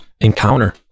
Encounter